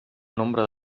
nombre